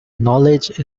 knowledge